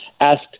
asked